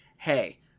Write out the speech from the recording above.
hey